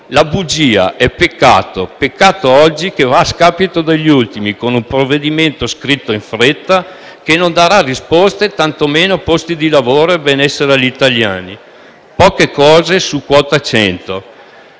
La bugia è peccato; un peccato che oggi va a scapito degli ultimi, con un provvedimento scritto in fretta che non darà risposte, tantomeno posti di lavoro e benessere agli italiani. Poche cose su quota 100.